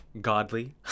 godly